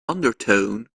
undertone